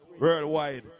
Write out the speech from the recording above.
Worldwide